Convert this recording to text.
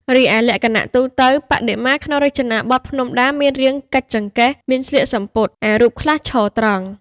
រីឯលក្ខណៈទូទៅ បដិមាក្នុងរចនាបថភ្នំដាមានរាង កាច់ចង្កេះ មាន ស្លៀកសំពត់ ឯរូបខ្លះឈរត្រង់។